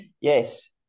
Yes